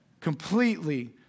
Completely